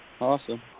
Awesome